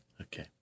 Okay